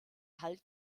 halt